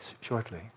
shortly